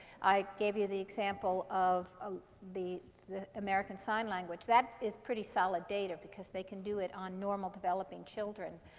i gave you the example of ah the the american sign language. that is pretty solid data, because they can do it on normal developing children.